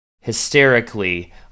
hysterically